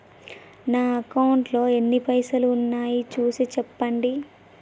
నా అకౌంట్లో ఎన్ని పైసలు ఉన్నాయి చూసి చెప్పండి?